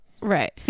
Right